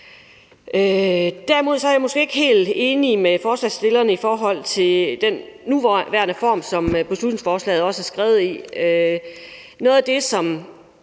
Derimod er jeg måske ikke helt enig med forslagsstillerne i forhold til den nuværende form, som beslutningsforslaget er skrevet i. Noget af det, som